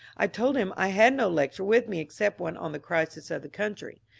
i told him i had no lecture with me except one on the crisis of the country.